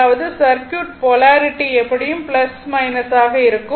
அதாவது circuit polarity எப்படியும் ஆக இருக்கும்